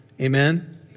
Amen